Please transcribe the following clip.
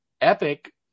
Epic